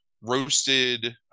roasted